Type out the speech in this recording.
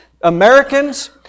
Americans